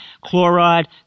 chloride